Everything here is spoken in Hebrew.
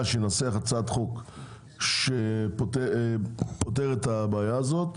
שינסח הצעת חוק שפותרת את הבעיה הזאת.